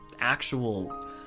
actual